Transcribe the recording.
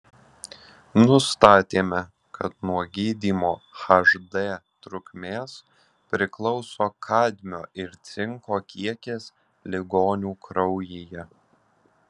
nustatėme kad nuo gydymo hd trukmės priklauso kadmio ir cinko kiekis ligonių kraujyje